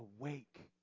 awake